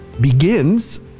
begins